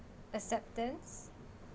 acceptance